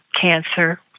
cancer